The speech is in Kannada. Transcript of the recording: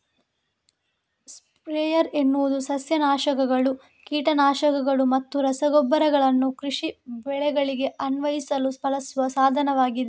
ಸ್ಪ್ರೇಯರ್ ಎನ್ನುವುದು ಸಸ್ಯ ನಾಶಕಗಳು, ಕೀಟ ನಾಶಕಗಳು ಮತ್ತು ರಸಗೊಬ್ಬರಗಳನ್ನು ಕೃಷಿ ಬೆಳೆಗಳಿಗೆ ಅನ್ವಯಿಸಲು ಬಳಸುವ ಸಾಧನವಾಗಿದೆ